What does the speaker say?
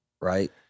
right